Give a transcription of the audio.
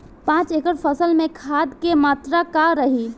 पाँच एकड़ फसल में खाद के मात्रा का रही?